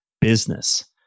Business